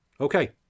Okay